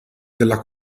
della